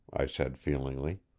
i said feelingly.